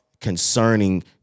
concerning